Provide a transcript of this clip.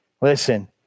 Listen